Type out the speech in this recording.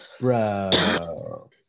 Bro